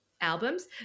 albums